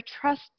trust